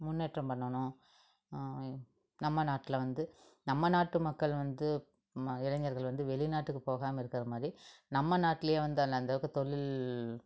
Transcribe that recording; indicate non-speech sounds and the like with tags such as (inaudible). முன்னேற்றம் பண்ணணும் நம்ம நாட்டில வந்து நம்ம நாட்டு மக்கள் வந்து ம இளைஞர்கள் வந்து வெளிநாட்டுக்கு போகாமல் இருக்கிறமாரி நம்ம நாட்டிலையே வந்து (unintelligible) அந்தளவுக்கு தொழில்